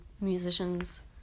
musicians